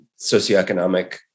socioeconomic